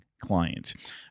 clients